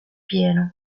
pieno